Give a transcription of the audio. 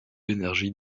l’énergie